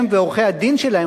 הם ועורכי-הדין שלהם,